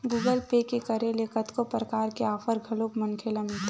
Google Pay के करे ले कतको परकार के आफर घलोक मनखे ल मिलथे